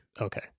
Okay